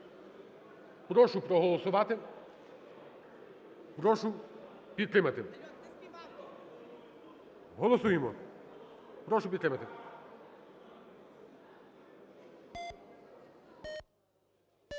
Прошу проголосувати, прошу підтримати. Голосуємо. Прошу підтримати.